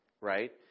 right